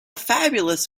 fabulous